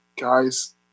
guys